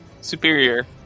superior